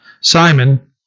Simon